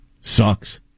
Sucks